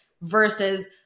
versus